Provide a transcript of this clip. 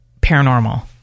paranormal